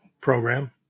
program